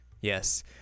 yes